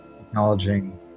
acknowledging